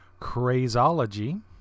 Crazology